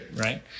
right